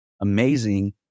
amazing